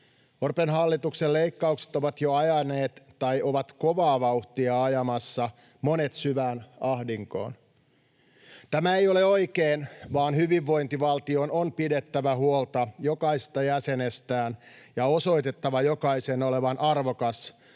Orpon hallituksen leikkaukset ovat jo ajaneet tai ovat kovaa vauhtia ajamassa monet syvään ahdinkoon. Tämä ei ole oikein, vaan hyvinvointivaltion on pidettävä huolta jokaisesta jäsenestään ja osoitettava jokaisen olevan arvokas